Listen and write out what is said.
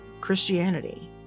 Christianity